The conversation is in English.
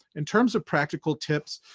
in terms of practical tips,